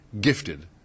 Gifted